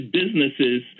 businesses